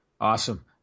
Awesome